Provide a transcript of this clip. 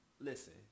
Listen